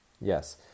Yes